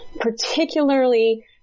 particularly